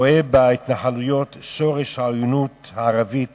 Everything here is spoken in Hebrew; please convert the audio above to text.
רואה בהתנחלויות שורש העוינות הערבית